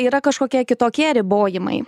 yra kažkokie kitokie ribojimai